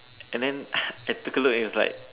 and then I took a look and it's like